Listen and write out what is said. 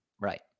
Right